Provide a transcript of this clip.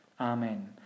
Amen